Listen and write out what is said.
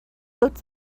looked